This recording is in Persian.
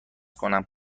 کنم